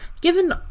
Given